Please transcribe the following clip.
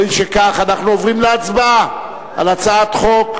הואיל וכך, אנחנו עוברים להצבעה על הצעת חוק